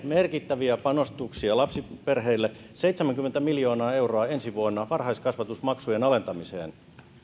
merkittäviä panostuksia lapsiperheille seitsemänkymmentä miljoonaa euroa ensi vuonna varhaiskasvatusmaksujen alentamiseen